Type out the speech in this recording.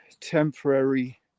temporary